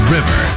River